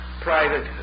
private